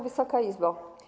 Wysoka Izbo!